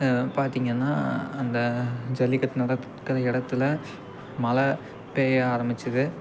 பார்த்தீங்கன்னா அந்த ஜல்லிக்கட்டு நடக்கிற இடத்துல மழை பெய்ய ஆரமிச்சிது